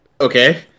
okay